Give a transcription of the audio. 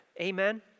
Amen